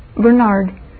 Bernard